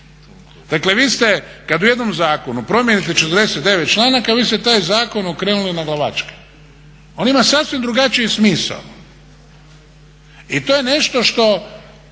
Dakle, vi ste, kad u jednom zakonu promijenite 49 članaka vi ste taj zakon okrenuli na glavačke. On ima sasvim drugačiji smisao. I to je nešto što